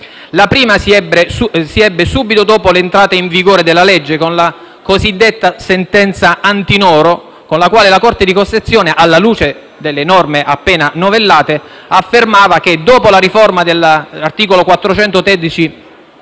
La prima si ebbe subito dopo l'entrata in vigore della legge con la cosiddetta sentenza Antinoro, con la quale la Corte di cassazione, alla luce della norma nella nuova formulazione, affermava che, dopo la riforma dell'articolo